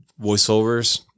voiceovers